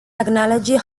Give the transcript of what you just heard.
technology